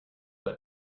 but